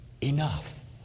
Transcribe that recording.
Enough